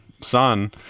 son